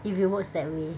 if it works that way